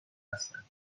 هستند